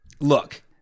Look